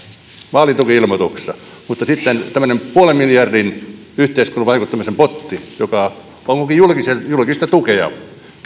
vaalituki ilmoituksessa mutta sitten tämmöisen nolla pilkku viiden miljardin yhteiskunnan vaikuttamisen potin suhteen joka on julkista tukea